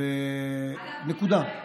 אגב,